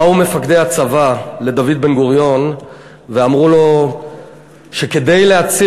באו מפקדי הצבא לדוד בן-גוריון ואמרו לו שכדי להציל